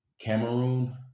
Cameroon